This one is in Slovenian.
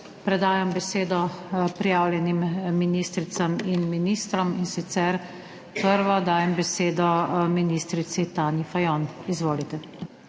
predajam besedo prijavljenim ministricam in ministrom, in sicer prvi dajem besedo ministrici Tanji Fajon. Izvolite.